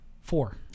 four